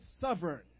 sovereign